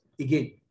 again